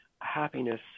happiness